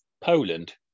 Poland